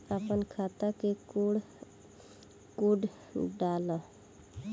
अपना खाता के कोड डाला